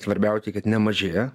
svarbiausiai kad nemažėja